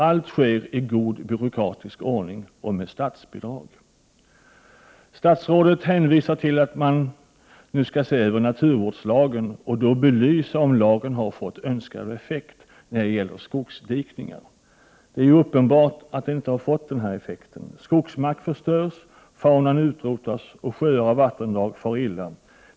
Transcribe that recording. Allt detta sker i god byråkratisk ordning och med statsbidrag! Statsrådet hänvisade till att man nu skall se över naturvårdslagen och då belysa om lagen har fått önskad effekt när det gäller skogsdikningarna. Det är uppenbart att den inte har fått den effekten. Skogsmark förstörs, faunan utrotas och sjöar och vattendrag far illa.